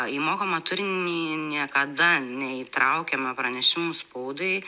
į mokamą turinį niekada neįtraukiame pranešimų spaudai